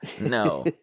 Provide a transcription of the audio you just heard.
No